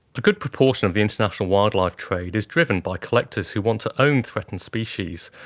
a good proportion of the international wildlife trade is driven by collectors who want to own threatened species,